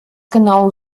genau